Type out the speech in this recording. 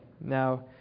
Now